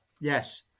yes